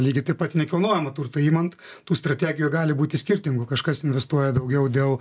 lygiai taip pat nekilnojamo turto imant tų strategijų gali būti skirtingų kažkas investuoja daugiau dėl